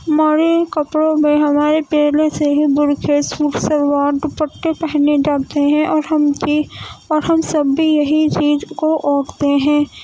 ہمارے کپڑوں میں ہمارے پہلے سے ہی برقعے سوٹ سلوار ڈوپٹے پہنے جاتے ہیں اور ہم بھی اور ہم سب بھی یہی چیز کو اوڑھتے ہیں